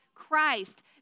Christ